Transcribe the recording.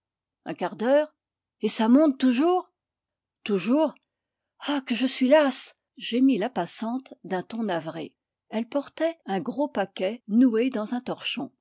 un quart d'heure et ça monte toujours toujours ah que je suis lasse gémit la passante d'un ton navré elle portait un gros paquet noué dans un torchon